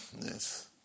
Yes